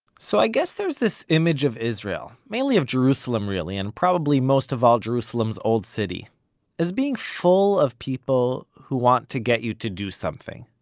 so i guess there's this image of israel mainly of jerusalem, really, and probably most of all jerusalem's old city as being full of people who want to get you to do something.